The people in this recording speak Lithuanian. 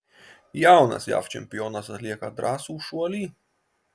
jaunas jav čempionas atlieka drąsų šuolį